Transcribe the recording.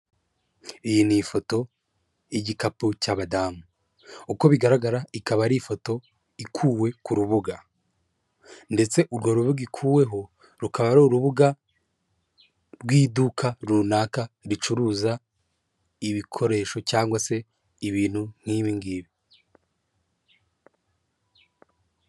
Iyi ni ifoto y'igikapu cy'abadamu, uko bigaragara ikaba ari ifoto ikuwe ku rubuga ndetse urwo rubuga gikuweho rukaba ari urubuga rw'iduka runaka ricuruza ibikoresho cyangwa se ibintu nk'ibingibi.